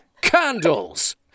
candles